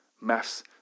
Maths